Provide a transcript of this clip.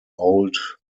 old